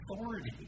authority